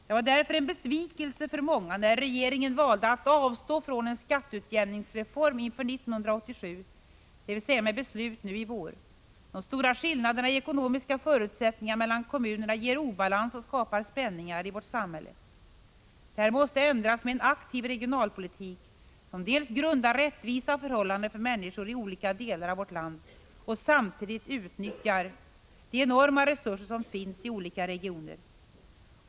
Det var därför en besvikelse för många när regeringen valde att avstå från en skatteutjämningsreform inför 1987, dvs. med beslut nu i vår. De stora skillnaderna i ekonomiska förutsättningar mellan kommunerna ger obalans och skapar spänningar i vårt samhälle. Detta måste ändras med en aktiv regionalpolitik, som grundar rättvisa förhållanden för människor i olika delar av vårt land och samtidigt utnyttjar de enorma resurser som finns i olika regioner.